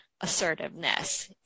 assertiveness